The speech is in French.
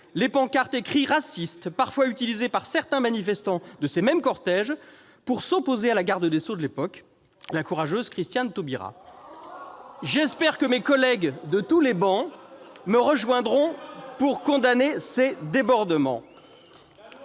les pancartes et cris racistes parfois utilisés par certains manifestants des mêmes cortèges pour s'opposer à la garde des sceaux de l'époque, la courageuse Christiane Taubira. J'espère que mes collèguesde toutes les travées me rejoindront pour condamner cesdébordements.